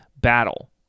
battle